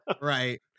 Right